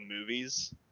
movies